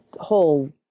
whole